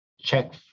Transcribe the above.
Check